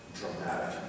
dramatic